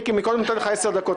מיקי, קודם נתתי לך עשר דקות.